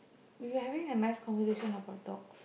we are having a nice conversation about dogs